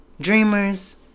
Dreamers